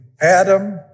Adam